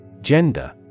Gender